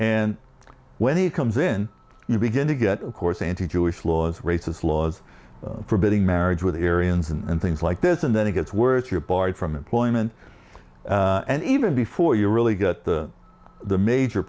and when he comes in you begin to get a course anti jewish laws races laws forbidding marriage with ariens and things like this and then it gets worse you're barred from employment and even before you really get the major